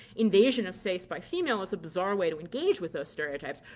invasion of space by female is a bizarre way to engage with those stereotypes,